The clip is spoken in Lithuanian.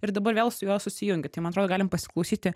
ir dabar vėl su juo susijungi tai man atrodo galim pasiklausyti